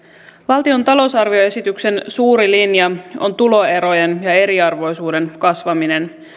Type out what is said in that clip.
valtion talousarvioesityksen suuri linja on tuloerojen ja eriarvoisuuden kasvaminen